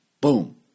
boom